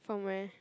from where